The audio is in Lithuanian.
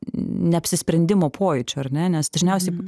neapsisprendimo pojūčio ar ne nes dažniausiai